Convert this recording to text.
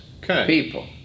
people